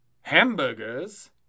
Hamburgers